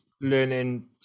learning